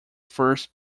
first